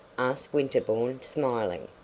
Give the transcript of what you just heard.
asked winterbourne, smiling.